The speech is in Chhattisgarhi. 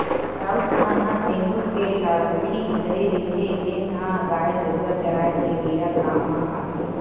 राउत मन ह तेंदू के लउठी धरे रहिथे, जेन ह गाय गरुवा चराए के बेरा काम म आथे